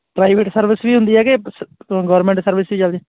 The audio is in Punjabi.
ਪ੍ਰਾਈਵੇਟ ਸਰਵਿਸ ਵੀ ਹੁੰਦੀ ਹੈ ਕਿ ਗਵਰਨਮੈਂਟ ਸਰਵਿਸ ਹੀ ਚੱਲਦੀ